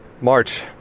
march